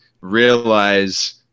realize